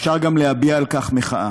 אפשר גם להביע על כך מחאה,